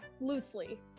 Loosely